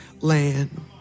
land